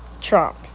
Trump